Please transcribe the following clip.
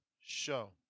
show